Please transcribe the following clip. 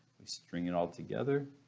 we string it all together,